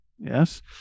yes